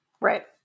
Right